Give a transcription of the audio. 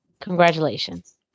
Congratulations